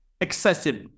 excessive